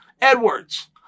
Edwards